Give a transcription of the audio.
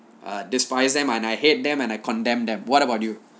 err despise them and I hate them and I condemn them what about you